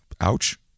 ouch